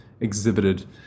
exhibited